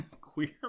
Queer